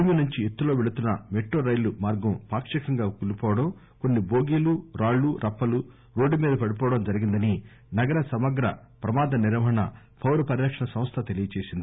భూమి నుంచి ఎత్తులో వెళ్లుతున్న మెట్రోరైలు మార్గం పాకికంగా కూలిపోవడం కొన్ని బోగీలు రాళ్లు రప్పలు రోడ్డు మీద పడిపోవడం జరిగిందని నగర సమగ్ర ప్రమాద నిర్వహణ పౌర పరిరక్షణ సంస్థ తెలియజేసింది